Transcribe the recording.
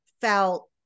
felt